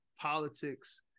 politics